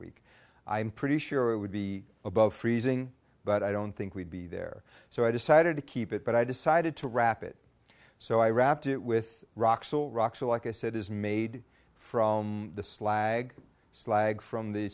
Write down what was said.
week i'm pretty sure it would be above freezing but i don't think we'd be there so i decided to keep it but i decided to wrap it so i wrapped it with rock so rocks like i said is made from the slag slag from the